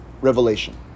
revelation